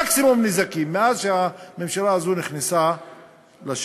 מקסימום נזקים, מאז שהממשלה הזאת נכנסה לשלטון.